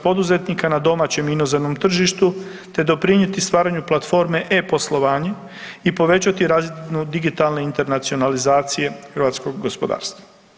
poduzetnika na domaćem i inozemnom tržištu te doprinijeti stvaranju platforme e-poslovanje i povećati razinu digitalne internacionalizacije hrvatskog gospodarstva.